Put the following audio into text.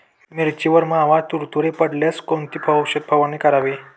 मिरचीवर मावा, तुडतुडे पडल्यास कोणती औषध फवारणी करावी?